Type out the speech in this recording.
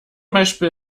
beispiel